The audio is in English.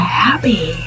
happy